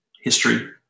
history